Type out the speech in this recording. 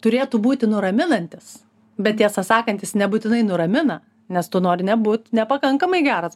turėtų būti nuraminantis bet tiesą sakant jis nebūtinai nuramina nes tu nori nebūt nepakankamai geras